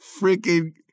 freaking